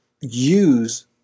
use